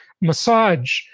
massage